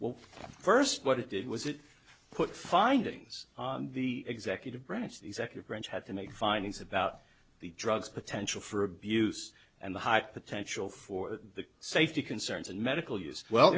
well first what it did was it put findings of the executive branch the executive branch had to make findings about the drug's potential for abuse and the high potential for the safety concerns and medical use well